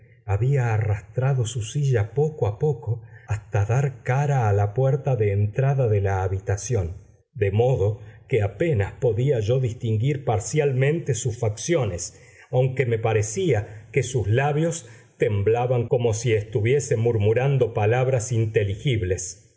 había arrastrado su silla poco a poco hasta dar cara a la puerta de entrada de la habitación de modo que apenas podía yo distinguir parcialmente sus facciones aunque me parecía que sus labios temblaban como si estuviese murmurando palabras ininteligibles